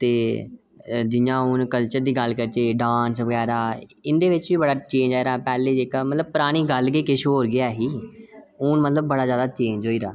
ते जि'यां हून कल्चर दी गल्ल करचे डांस बगैरा इं'दे बिच बी बड़ा चेंज आए दा पैह्ले जेह्का मतलब परानी गल्ल के किश होर के ऐ ही हून मतलब बड़ा जैदा चेंज होई गेदा